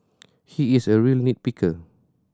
he is a real nit picker